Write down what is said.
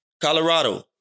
Colorado